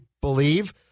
believe